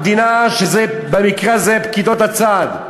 המדינה, שבמקרה הזה זה פקידות הסעד,